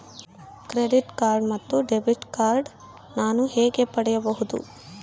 Credit card ಮತ್ತು debit card ನಾನು ಹೇಗೆ ಪಡೆಯಬಹುದು?